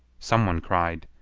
some one cried,